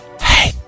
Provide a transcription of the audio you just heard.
Hey